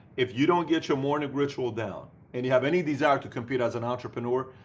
if you don't get your morning ritual down, and you have any desire to compete as an entrepreneur,